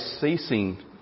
ceasing